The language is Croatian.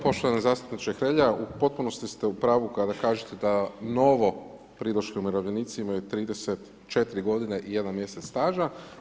Poštovani zastupniče Hrelja, u potpunosti ste u pravu kada kažete da novo pridošli umirovljenici imaju 34 godine i 1 mjesec staža.